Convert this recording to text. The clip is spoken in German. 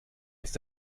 ist